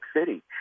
City